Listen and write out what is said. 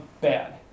Bad